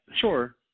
sure